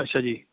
ਅੱਛਾ ਜੀ